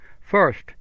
First